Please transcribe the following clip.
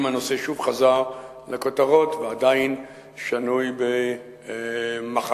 אם הנושא שוב חזר לכותרות ועדיין שנוי במחלוקת,